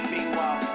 Meanwhile